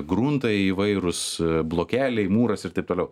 gruntai įvairūs blokeliai mūras ir taip toliau